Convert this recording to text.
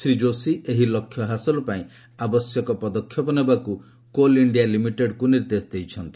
ଶ୍ରୀ ଯୋଶୀ ଏହି ଲକ୍ଷ୍ୟ ହାସଲ ପାଇଁ ଆବଶ୍ୟକ ପଦକ୍ଷେପ ନେବାକୁ କୋଲ ଇଣ୍ଡିଆକୁ ନିର୍ଦ୍ଦେଶ ଦେଇଛନ୍ତି